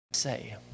say